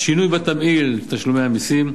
שינוי בתמהיל תשלומי המסים,